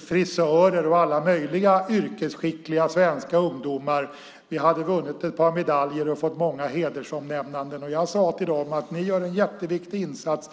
frisörer och alla möjliga yrkesskickliga svenska ungdomar. De hade vunnit ett par medaljer och fått många hedersomnämnanden. Jag sade till dem: Ni gör en jätteviktig insats.